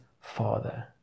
Father